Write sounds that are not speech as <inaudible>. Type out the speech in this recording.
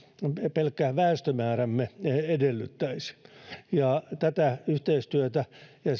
pelkkä väestömäärämme edellyttäisi ja tätä yhteistyötä ja <unintelligible>